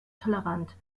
tolerant